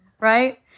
Right